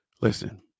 listen